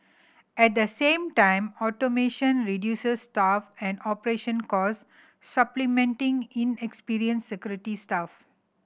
at the same time automation reduces staff and operating cost supplementing inexperienced security staff